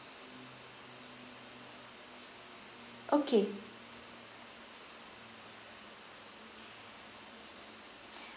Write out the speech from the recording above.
okay